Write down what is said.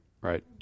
right